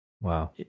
wow